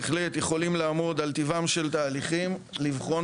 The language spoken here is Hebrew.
יכולים לעמוד על טיבם של התהליכים, לבחון